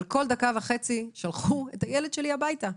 אבל כל דקה וחצי שלחו את הילד שלי הביתה,